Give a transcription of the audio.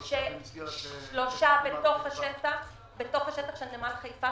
ששלושה בתוך השטח של נמל חיפה,